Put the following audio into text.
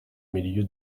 milieu